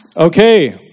Okay